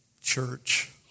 Church